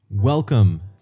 Welcome